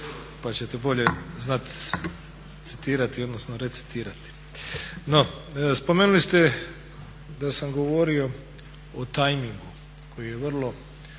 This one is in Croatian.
pa ćete bolje znati citirati odnosno recitirati. No, spomenuli ste da sam govorio o timeingu koji je vrlo